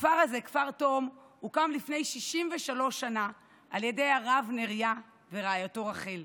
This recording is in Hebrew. הכפר תו"ם הוקם לפני 63 שנה על ידי הרב נריה ורעייתו רחל.